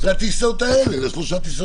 מצד שני,